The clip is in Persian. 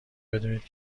بدونید